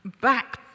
back